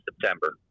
September